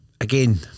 Again